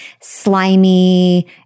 slimy